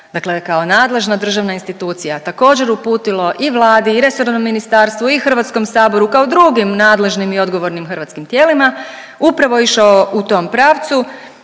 dakle kao nadležna državna institucija također uputilo i Vladi i resornom ministarstvu i HS kao drugim nadležnim i odgovornim hrvatskim tijelima, upravo išao u tom pravcu